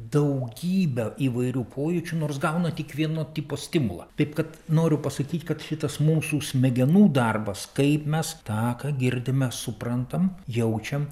daugybę įvairių pojūčių nors gauna tik vieno tipo stimulo taip kad noriu pasakyt kad šitas mūsų smegenų darbas kaip mes tą ką girdime suprantam jaučiam